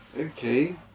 okay